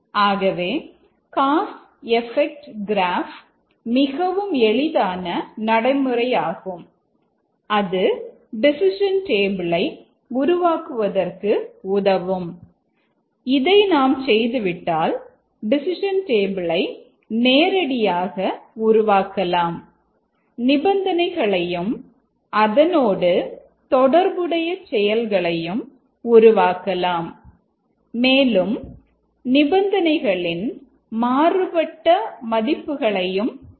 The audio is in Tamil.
ஆகவே காஸ் எபெக்ட் கிராஃப் நேரடியாக உருவாக்கலாம் நிபந்தனைகளையும் அதனோடு தொடர்புடைய செயல்களையும் உருவாக்கலாம் மேலும் நிபந்தனைகளின் மாறுபட்ட மதிப்புகளையும் காணலாம்